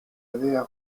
idea